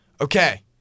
Okay